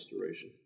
Restoration